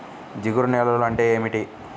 జిగురు నేలలు అంటే ఏమిటీ?